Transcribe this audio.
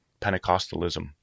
Pentecostalism